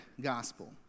gospel